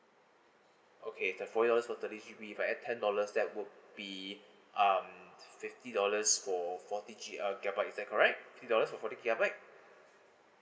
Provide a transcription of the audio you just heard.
okay thir~ forty dollars for thirty G_B for at ten dollars that would be um fifty dollars for forty G uh gigabyte is that correct fifty dollars for forty gigabyte